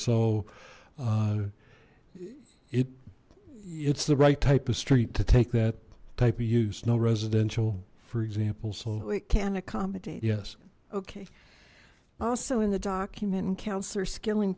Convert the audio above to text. so it it's the right type of street to take that type of use no residential for example so it can accommodate yes okay also in the document and councillor skilling